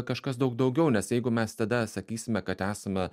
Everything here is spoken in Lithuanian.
kažkas daug daugiau nes jeigu mes tada sakysime kad esame